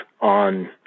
on